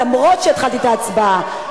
אף שהתחלתי את ההצבעה.